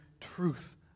truth